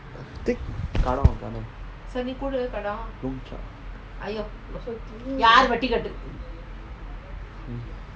கடன்வாங்குங்க:kadan vaankunka take loan